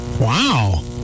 Wow